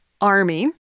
army